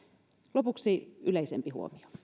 lopuksi yleisempi huomio